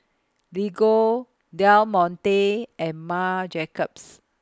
Lego Del Monte and Marc Jacobs